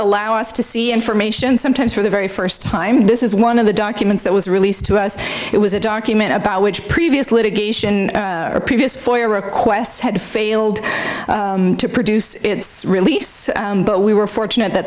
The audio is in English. allow us to see information sometimes for the very first time this is one of the documents that was released to us it was a dark human about which previous litigation or previous foyer requests had failed to produce release but we were fortunate that